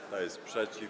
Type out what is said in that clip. Kto jest przeciw?